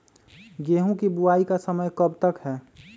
गेंहू की बुवाई का समय कब तक है?